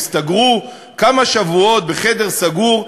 תסתגרו כמה שבועות בחדר סגור,